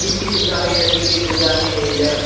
किछु किछु उपजा होइया किछु किछु उपजा नहि होइया